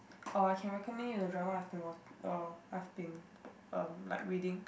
or I can recommend you the drama I've been wat~ uh I've been um like reading